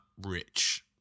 rich